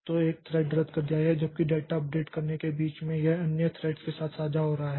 तो एक थ्रेड रद्द कर दिया गया जबकि डेटा अपडेट करने के बीच में यह अन्य थ्रेड्स के साथ साझा हो रहा है